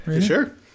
Sure